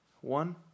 One